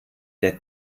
der